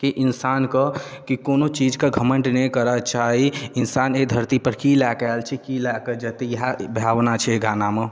कि इन्सान के कि कोनो चीज के घमण्ड नहि करऽ चाही इन्सान एहि धरती पर की लै कऽ आयल छै की लै कऽ जेतै इहे भावना छै अइ गाना मऽ